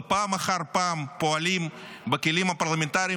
ופעם אחר פעם פועלים בכלים הפרלמנטריים